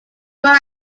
they